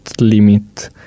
limit